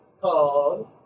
called